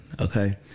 okay